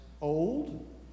old